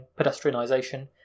pedestrianisation